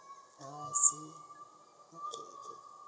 ah I see okay okay